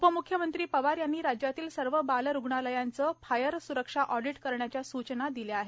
उपम्ख्यमंत्री पवार यांनी राज्यातील सर्व बाल रुग्णालयांचं फायर सुरक्षा ऑडिट करण्याच्या सूचना दिल्या आहेत